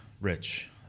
rich